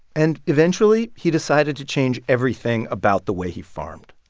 and eventually, he decided to change everything about the way he farmed.